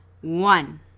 one